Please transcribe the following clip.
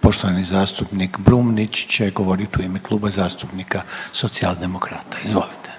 Poštovani zastupnik Brumnić će govoriti u ime Kluba zastupnika Socijaldemokrata, izvolite.